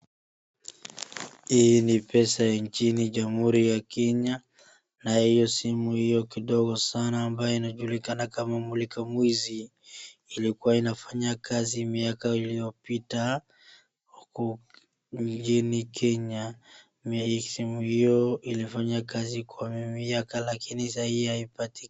Hii ni pesa ya nchini jamhuri ya Kenya na hiyo simu hiyo kidogo sana ambayo inajulikana kama mulikamwizi, ilikuwa inafanya kazi miaka iliyopita. Huku mjini Kenya simu hiyo ilifanya kazi kwa miaka lakini sai haipatikani.